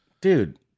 dude